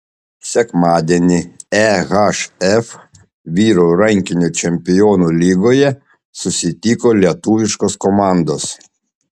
sekmadienį ehf vyrų rankinio čempionų lygoje susitiko lietuviškos komandos